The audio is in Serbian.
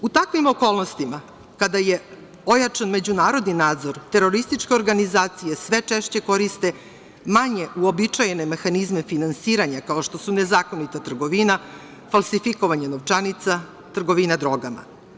U takvim okolnostima, kada je ojačan međunarodni nadzor, teroristička organizacije sve češće koriste manje uobičajene mehanizme finansiranja, kao što su nezakonita trgovina, falsifikovanje novčanica, trgovina drogama.